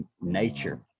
nature